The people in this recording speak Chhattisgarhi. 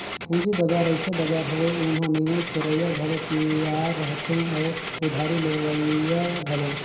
पंूजी बजार अइसे बजार हवे एम्हां निवेस करोइया घलो तियार रहथें अउ उधारी लेहोइया घलो